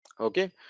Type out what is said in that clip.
okay